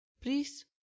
Please